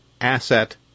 asset